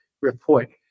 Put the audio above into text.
report